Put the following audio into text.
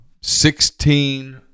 sixteen